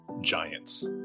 giants